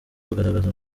kugaragaza